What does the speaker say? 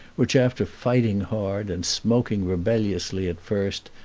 which, after fighting hard and smoking rebelliously at first,